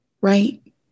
right